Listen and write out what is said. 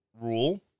rule